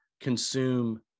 consume